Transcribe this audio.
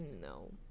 no